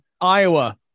Iowa